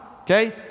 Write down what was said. okay